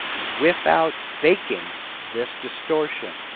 without baking this distortion,